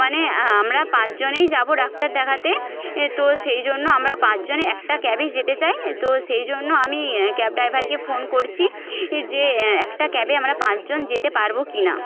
মানে আমরা পাঁচজনেই যাবো ডাক্তার দেখাতে তো সেই জন্য আমরা পাঁচজনে একটা ক্যাবে যেতে চাই তো সেই জন্য আমি ক্যাব ড্রাইভারকে ফোন করছি যে একটা ক্যাবে আমরা পাঁচজন যেতে পারবো কি না